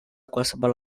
qualsevol